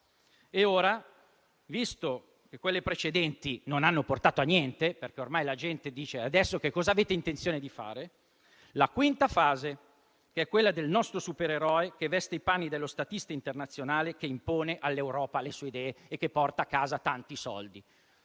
E ora, visto che le precedenti non hanno portato a niente, perché ormai la gente si chiede cos'avete intenzione di fare adesso, arriva la quinta fase, in cui il nostro supereroe veste i panni dello statista internazionale che impone all'Europa le sue idee e porta a casa tanti soldi.